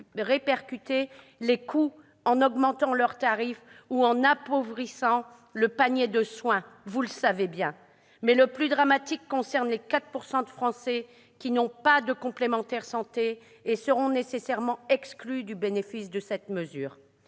les coûts en augmentant leurs tarifs ou en appauvrissant le panier de soins, vous le savez bien ! Plus dramatique encore est la situation des 4 % de Français qui n'ont pas de complémentaire santé et qui seront nécessairement exclus du bénéfice de cette